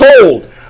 Cold